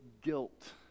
guilt